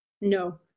No